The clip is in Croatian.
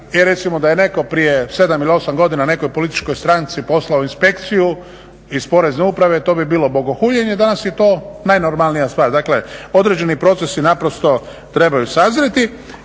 jer recimo da je netko prije 7 ili 8 godina nekoj političkoj stranci poslao inspekciju iz Porezne uprave to bi bilo bogohuljenje, danas je to najnormalnije stvar. Dakle, određeni procesi naprosto trebaju sazrjeti.